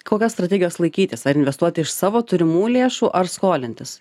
kokios strategijos laikytis ar investuot iš savo turimų lėšų ar skolintis